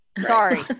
Sorry